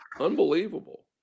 Unbelievable